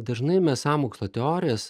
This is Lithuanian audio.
dažnai mes sąmokslo teorijas